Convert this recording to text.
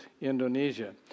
Indonesia